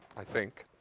i think.